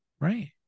right